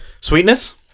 sweetness